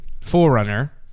forerunner